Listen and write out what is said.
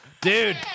Dude